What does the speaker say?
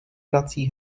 vrací